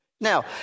Now